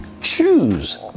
choose